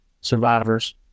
survivors